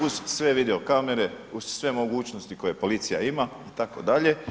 Uz sve videokamere, uz sve mogućnosti koje policija ima itd.